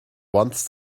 once